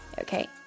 Okay